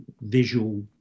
visual